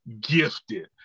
gifted